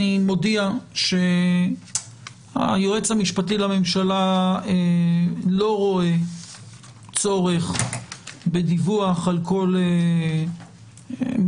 אני מודיע שהיועץ המשפטי לממשלה לא רואה צורך בדיווח על כל מקרה.